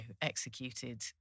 executed